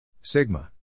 Sigma